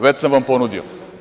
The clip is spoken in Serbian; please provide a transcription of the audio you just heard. Već sam vam ponudio.